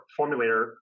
formulator